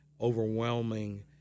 overwhelming